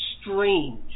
strange